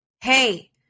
Hey